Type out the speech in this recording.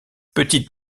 petite